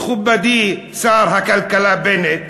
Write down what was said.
מכובדי שר הכלכלה בנט,